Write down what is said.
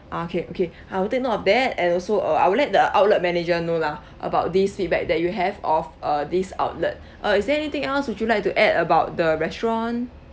ah okay okay I will take note of that and also uh I will let the outlet manager know lah about these feedback that you have of uh this outlet uh is there anything else would you like to add about the restaurant